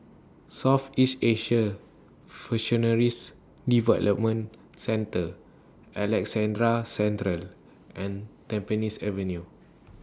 Southeast Asian Development Centre Alexandra Central and Tampines Avenue